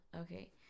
Okay